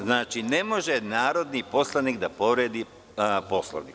Znači, ne može narodni poslanik da povredi Poslovnik.